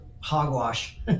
hogwash